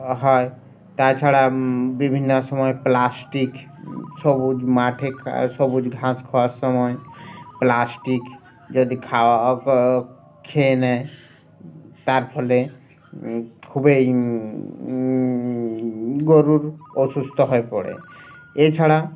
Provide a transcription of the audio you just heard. হয় তাছাড়া বিভিন্ন সময় প্লাস্টিক সবুজ মাঠে সবুজ ঘাস খাওয়ার সময় প্লাস্টিক যদি খাওয়া খেয়ে নেয় তার ফলে খুবই গরুর অসুস্থ হয়ে পড়ে এছাড়া